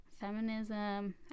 feminism